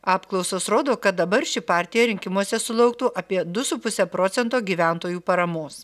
apklausos rodo kad dabar ši partija rinkimuose sulauktų apie du su puse procento gyventojų paramos